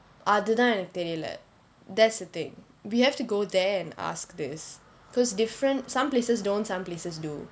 அது தான் எனக்கு தெரியில்லே:athu thaan enakku theriyillae that's the thing we have to go there and ask this because different some places don't some places do